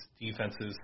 defenses